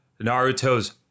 Naruto's